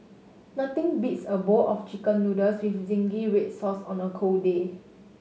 nothing beats a bowl of Chicken Noodles with zingy red sauce on a cold day